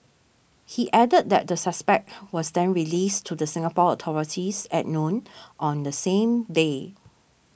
he added that the suspect was then released to the Singapore authorities at noon on the same day